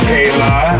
Kayla